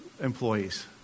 employees